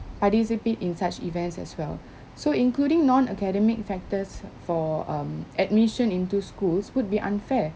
participate in such events as well so including non academic factors for um admission into schools would be unfair